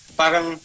parang